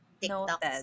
TikTok